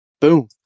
boom